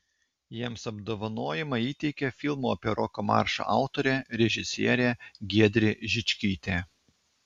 jiems apdovanojimą įteikė filmo apie roko maršą autorė režisierė giedrė žičkytė